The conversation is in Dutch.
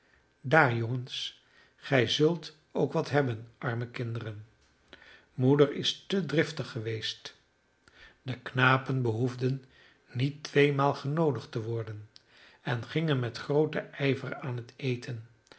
daar jongens gij zult ook wat hebben arme kinderen moeder is te driftig geweest de knapen behoefden niet tweemaal genoodigd te worden en gingen met grooten ijver aan het eten